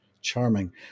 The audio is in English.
Charming